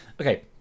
okay